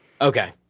Okay